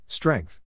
Strength